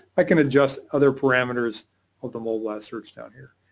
i can adjust other parameters of the mole blast search down here.